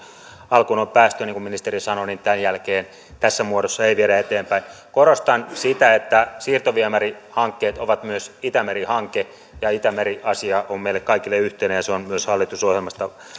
alkuun on päästy niin kuin ministeri sanoi tämän jälkeen tässä muodossa ei viedä eteenpäin korostan sitä että siirtoviemärihankkeet ovat myös itämeri hanke ja itämeri asia on meille kaikille yhteinen ja se on myös hallitusohjelmassa